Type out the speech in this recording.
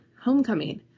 Homecoming